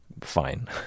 fine